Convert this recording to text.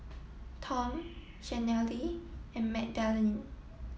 Tom Shanelle and Magdalen